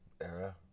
era